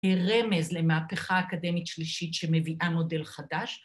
‫אה, רמז למהפכה אקדמית שלישית ‫שמביאה מודל חדש.